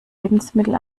lebensmittel